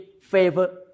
favor